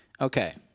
Okay